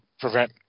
prevent